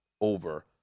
over